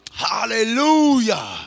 Hallelujah